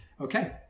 okay